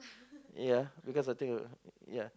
ya because I think it ya